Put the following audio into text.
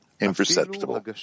imperceptible